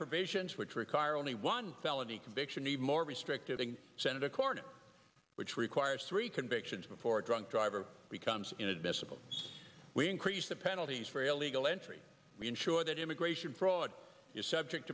provisions which require only one felony conviction need more restrictive than sen corner which requires three convictions before a drunk driver becomes inadmissible we increase the penalties for illegal entry we ensure that immigration fraud is subject